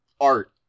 Art